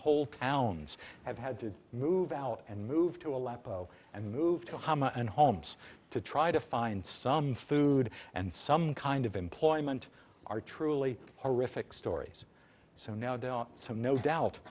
whole towns have had to move out and move to a lap oh and move to hama and homes to try to find some food and some kind of employment are truly horrific stories so no doubt some no doubt